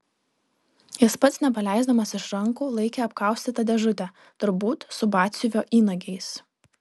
jis pats nepaleisdamas iš rankų laikė apkaustytą dėžutę turbūt su batsiuvio įnagiais